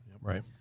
Right